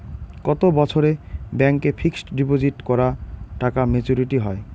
কত বছরে ব্যাংক এ ফিক্সড ডিপোজিট করা টাকা মেচুউরিটি হয়?